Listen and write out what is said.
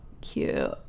cute